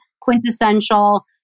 quintessential